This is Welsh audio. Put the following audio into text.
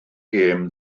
gêm